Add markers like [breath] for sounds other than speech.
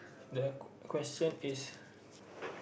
the question is [breath]